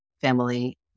family